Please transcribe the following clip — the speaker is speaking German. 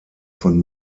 von